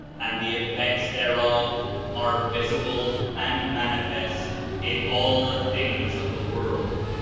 and the effects thereof are visible and manifest in all the things of the world.